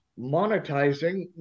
monetizing